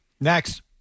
Next